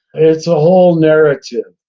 it's a whole narrative.